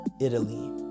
Italy